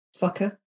Fucker